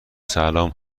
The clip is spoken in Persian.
سلام